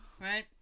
right